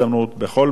בכל מקום,